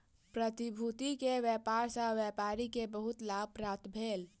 प्रतिभूति के व्यापार सॅ व्यापारी के बहुत लाभ प्राप्त भेल